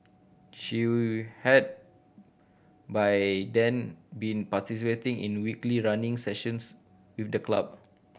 she had by then been participating in weekly running sessions with the club